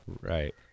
Right